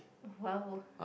!wow!